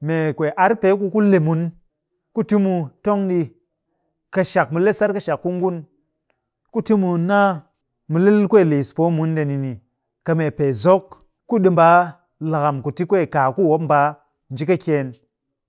Mee kwee ar pee ku ku le mun ku ti mu tong ɗi kɨshak, mu le sar kɨshak ku ngun ku ti mu naa mu le kwee liis poo mun ndeni ni kɨ mee pee zok ku ɗi mbaa lakam, tu ti kwee kaa ku mop mbaa nji kɨkyeen,